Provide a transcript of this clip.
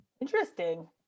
interesting